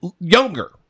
younger